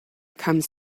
comes